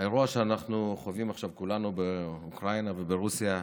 האירוע שכולנו חווים עכשיו באוקראינה וברוסיה היה,